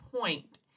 point